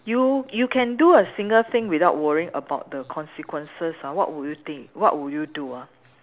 you you can do a single thing without worrying about the consequences ah what would you think what would you do ah